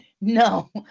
No